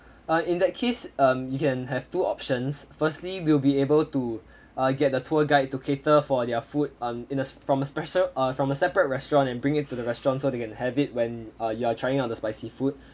uh in that case um you can have two options firstly we'll be able to uh get the tour guide to cater for their food um in a from a special uh from a separate restaurant and bring it to the restaurant so they can have it when you are trying out the spicy food